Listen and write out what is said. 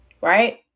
right